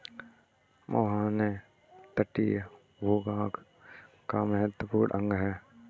मुहाने तटीय भूभाग का महत्वपूर्ण अंग है